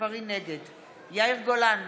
נגד יאיר גולן,